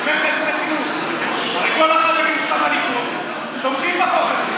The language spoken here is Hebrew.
אני אומר לך את זה בכנות: כל החברים שלך בליכוד תומכים בחוק הזה,